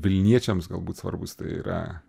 vilniečiams galbūt svarbus tai yra